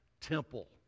temple